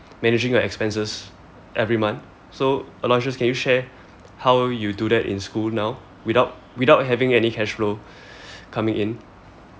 managing your expenses every month so aloysius can you share how you do that in school now without without having any cashflow coming in